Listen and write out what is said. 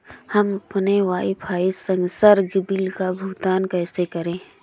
हम अपने वाईफाई संसर्ग बिल का भुगतान कैसे करें?